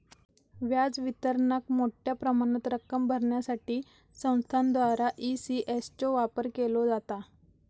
व्याज वितरणाक मोठ्या प्रमाणात रक्कम भरण्यासाठी संस्थांद्वारा ई.सी.एस चो वापर केलो जाता